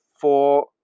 four